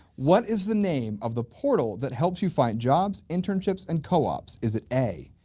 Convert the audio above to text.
what is the name of the portal that helps you find jobs, internships, and co-ops? is it a,